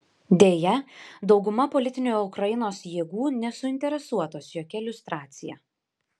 deja dauguma politinių ukrainos jėgų nesuinteresuotos jokia liustracija